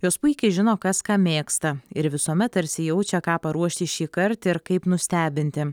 jos puikiai žino kas ką mėgsta ir visuomet tarsi jaučia ką paruošti šįkart ir kaip nustebinti